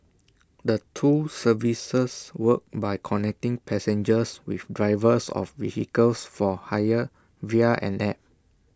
the two services work by connecting passengers with drivers of vehicles for hire via an app